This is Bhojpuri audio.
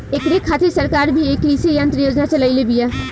ऐकरे खातिर सरकार भी कृषी यंत्र योजना चलइले बिया